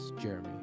Jeremy